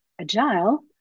agile